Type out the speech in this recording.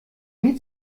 nie